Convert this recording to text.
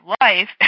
life